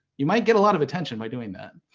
you might get a lot of attention by doing that.